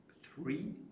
three